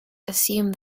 assume